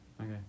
Okay